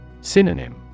Synonym